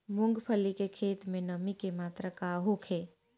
मूँगफली के खेत में नमी के मात्रा का होखे?